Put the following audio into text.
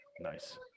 Nice